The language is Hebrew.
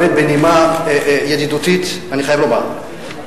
באמת בנימה ידידותית אני חייב לומר: